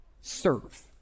Serve